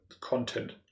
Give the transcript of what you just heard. content